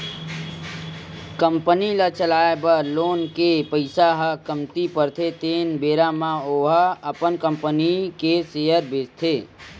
company ल चलाए बर लोन के पइसा ह कमती परथे तेन बेरा म ओहा अपन कंपनी के सेयर बेंचथे